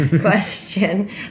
question